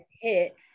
hit